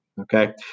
Okay